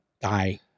die